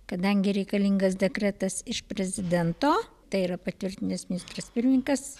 kadangi reikalingas dekretas iš prezidento tai yra patvirtinęs ministras pirmininkas